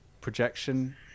projection